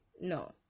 No